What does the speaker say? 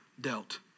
dealt